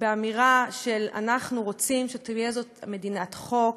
באמירה של "אנחנו רוצים שתהיה זו מדינת חוק,